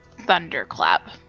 Thunderclap